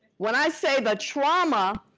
when i say the trauma,